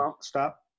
stop